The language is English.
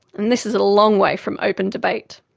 and this is a long way from open debate,